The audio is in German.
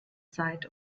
zeit